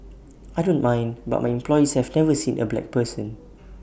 I don't mind but my employees have never seen A black person